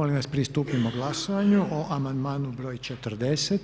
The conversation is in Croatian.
Molim vas pristupimo glasovanju o amandmanu br. 40.